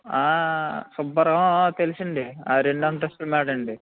సుబ్బారావు తెలుసండి ఆ రెండంతస్థుల మేడండి